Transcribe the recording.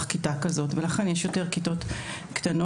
כיתה כזאת ולכן יש יותר כיתות קטנות.